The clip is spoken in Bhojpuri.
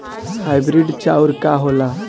हाइब्रिड चाउर का होला?